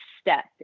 step